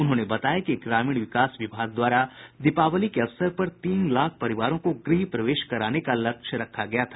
उन्होंने बताया कि ग्रामीण विकास विभाग द्वारा दीपावली के अवसर पर तीन लाख परिवारों को गृह प्रवेश कराने का लक्ष्य निर्धारित किया गया था